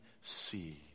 see